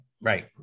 Right